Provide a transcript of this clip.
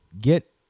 get